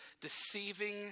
deceiving